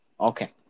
Okay